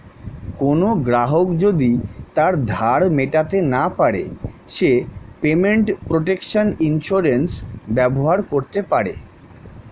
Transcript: কোনো গ্রাহক যদি তার ধার মেটাতে না পারে সে পেমেন্ট প্রটেকশন ইন্সুরেন্স ব্যবহার করতে পারে